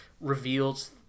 reveals